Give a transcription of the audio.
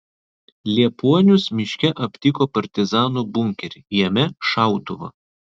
liepuonius miške aptiko partizanų bunkerį jame šautuvą